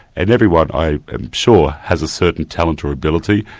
and everyone i am sure, has a certain talent or ability,